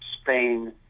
Spain